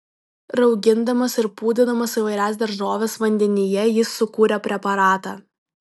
raugindamas ir pūdydamas įvairias daržoves vandenyje jis sukūrė preparatą